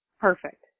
Perfect